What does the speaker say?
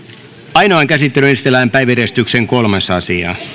ainoaan käsittelyyn esitellään päiväjärjestyksen kolmas asia